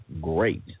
great